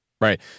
right